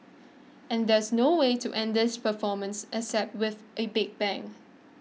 and there's no way to end this performance except with a big bang